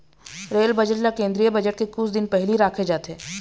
rail budget ल केंद्रीय budget के कुछ दिन पहिली राखे जाथे